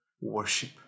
worship